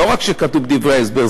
לא רק כתוב בדברי ההסבר,